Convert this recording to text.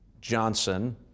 Johnson